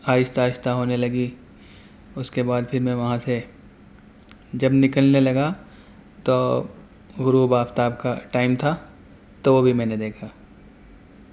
آہستہ آہستہ ہونے لگی اس کے بعد پہر میں وہاں سے جب نکلنے لگا تو غروب آفتاب کا ٹائم تھا تو وہ بھی میں نے دیکھا